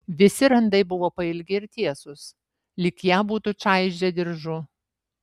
visi randai buvo pailgi ir tiesūs lyg ją būtų čaižę diržu